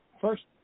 First